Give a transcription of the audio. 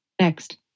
Next